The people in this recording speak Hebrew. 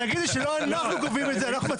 אנחנו לא רוצים שאנשים יהיו עם דרכונים זמניים.